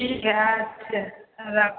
ठीत है राखु